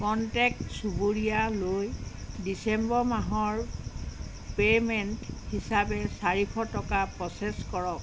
contact চুবুৰীয়ালৈ December মাহৰ payment হিচাপে চাৰিশ টকা প্ৰ'চেছ কৰক